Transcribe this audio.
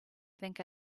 think